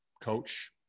coach